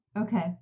Okay